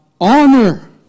honor